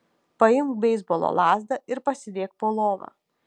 paimk beisbolo lazdą ir pasidėk po lova